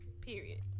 period